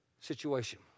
situation